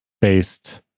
based